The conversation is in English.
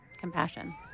compassion